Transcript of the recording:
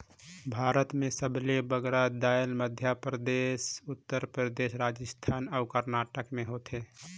भारत में सबले बगरा दाएल मध्यपरदेस परदेस, उत्तर परदेस, राजिस्थान अउ करनाटक में होथे